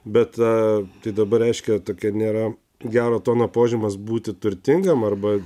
bet tą tai dabar reiškia tokia nėra gero tono požymis būti turtingam arba